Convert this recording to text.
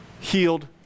Healed